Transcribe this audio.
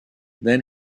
then